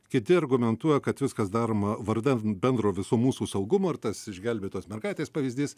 kiti argumentuoja kad viskas daroma vardan bendro visų mūsų saugumo ir tas išgelbėtos mergaitės pavyzdys